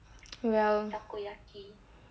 well